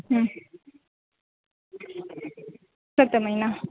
हम्म सत महिना